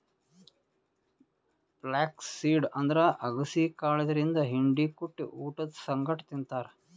flax seed ಅಂದ್ರ ಅಗಸಿ ಕಾಳ್ ಇದರಿಂದ್ ಹಿಂಡಿ ಕುಟ್ಟಿ ಊಟದ್ ಸಂಗಟ್ ತಿಂತಾರ್